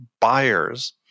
buyers